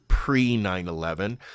pre-9-11